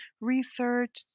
research